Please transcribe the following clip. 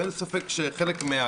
אין לי ספק שחלק מהאמירות